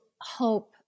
hope